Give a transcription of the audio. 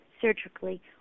surgically